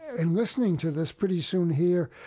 in listening to this pretty soon here,